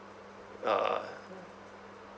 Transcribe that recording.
uh